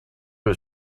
was